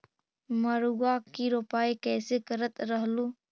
मड़उआ की रोपाई कैसे करत रहलू?